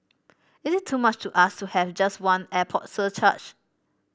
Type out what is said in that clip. is it too much to ask to have just one airport surcharge